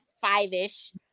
five-ish